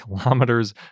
kilometers